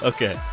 Okay